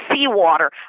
seawater